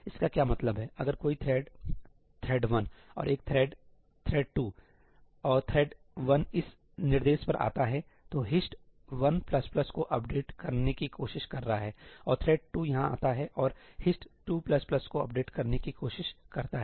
इसका क्या मतलब है अगर कोई थ्रेड थ्रेड 1 और एक थ्रेड थ्रेड 2 ठीक और थ्रेड 1 इस निर्देश पर आता है तो HIST 1 को अपडेट करने की कोशिश कर रहा है और थ्रेड 2 यहां आता है और HIST 2 को अपडेट करने की कोशिश करता है